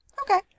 Okay